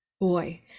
boy